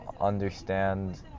understand